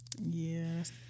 Yes